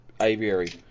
aviary